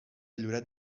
lloret